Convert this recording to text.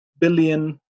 billion